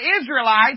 Israelites